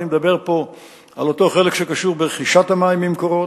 אני מדבר פה על אותו חלק שקשור לרכישת המים מ"מקורות",